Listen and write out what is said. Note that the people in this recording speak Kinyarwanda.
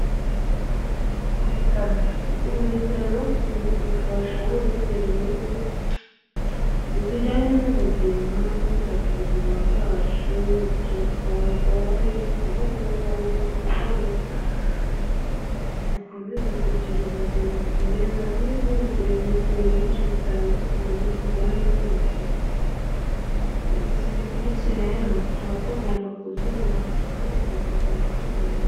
Ibiro, ibitaro bidufasha muri serivisi zijyanye n'ubuzima kwita ku buzima bwacu igihe twarwaye kububungabunga kugira ngo dukomeze kugira ubuzima bwiza n'izindi serivisi nyinshi zitandukanye zijyana n' izi serivisi rero tuba tugomba kuzubaha kandi tugaziha agaciro.